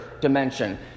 dimension